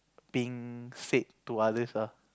being said to others lah